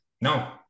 no